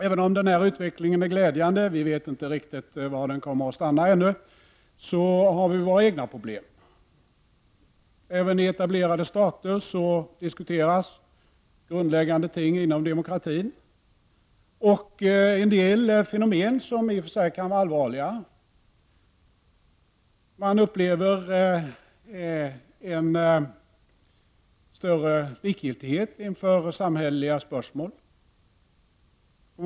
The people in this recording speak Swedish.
Även om denna utveckling är glädjande — vi vet ännu inte riktigt var den kommer att stanna — har vi våra egna problem. Även i etablerade stater diskuteras grundläggande ting inom demokratin och en del fenomen som i och för sig kan vara allvarliga. Man upplever på många håll en större likgiltighet inför samhälleliga spörsmål.